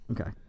Okay